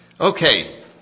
Okay